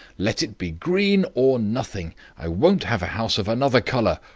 let it be green or nothing. i won't have a house of another colour.